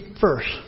first